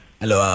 hello